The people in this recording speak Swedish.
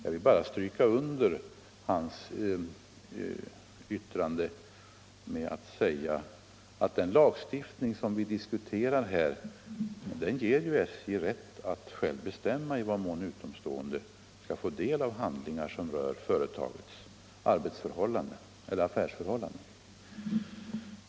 Jag vill bara stryka under hans yttrande med att säga att den lagstiftning som vi diskuterar här ju ger SJ rätten att själv bestämma i vilken mån utomstående skall få ta del av handlingar som rör SJ:s affärsförhållanden.